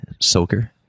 soaker